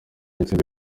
intsinzi